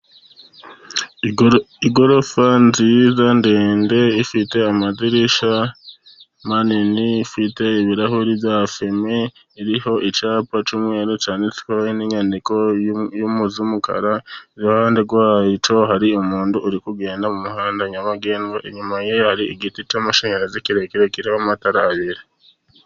Igorofa nziza ndende ifite amadirishya manini, ifite ibirahuri bya fime, iriho icyapa cy'umweru cyanditsweho inyandiko z'umukara, iruhande rwacyo hari umuntu uri kugenda mu muhanda nyabagendwa. Inyuma ye hari igiti cy'amashanyarazi kirekire kiriho amatara abiri.